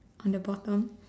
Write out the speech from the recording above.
on the bottom